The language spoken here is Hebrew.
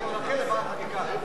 דבר חקיקה.